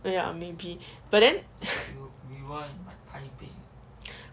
ya maybe but then